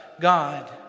God